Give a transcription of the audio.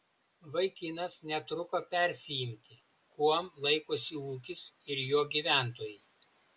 vaikinas netruko persiimti kuom laikosi ūkis ir jo gyventojai